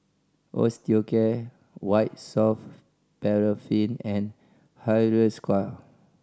Osteocare White Soft Paraffin and Hiruscar